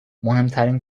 مهمترین